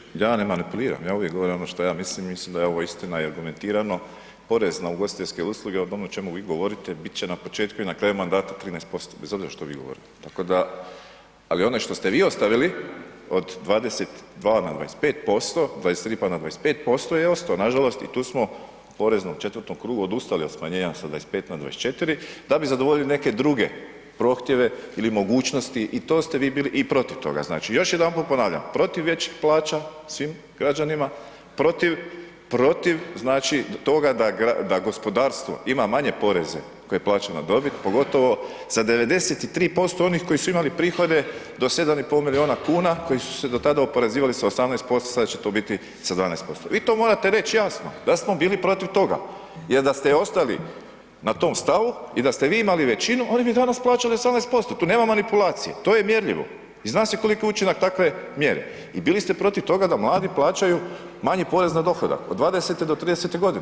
Kolega Đujić, ja ne manipuliram, ja uvijek govorim ono što ja mislim, mislim da je ovo istina i argumentirano, porez na ugostiteljske usluge, o tome ćemo uvijek govorit, bit će na početku i na kraju mandata 13% bez obzira što vi govorili, tako da, ali onaj što ste vi ostavili od 22 na 25%, 23, pa na 25% je osto, nažalost i tu smo u poreznom četvrtom krugu odustali od smanjenja sa 25 na 24 da bi zadovoljili neke druge prohtjeve ili mogućnosti i to ste vi bili i protiv toga, znači još jednom ponavljam, protiv većih plaća svim građanima, protiv, protiv, znači toga da gospodarstvo ima manje poreze koje plaća na dobit, pogotovo sa 93% onih koji su imali prihode do 7,5 milijuna kuna koji su se do tada oporezivali sa 18%, sada će to biti sa 12%, vi to morate reć jasno da smo bili protiv toga jer da ste ostali na tom stavu i da ste vi imali većinu, oni bi danas plaćali 18%, tu nema manipulacije, to je mjerljivo i zna se koliki je učinak takve mjere i bili ste protiv toga da mladi plaćaju manji porez na dohodak od 20 do 30.g., to piše.